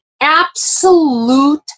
Absolute